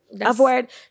avoid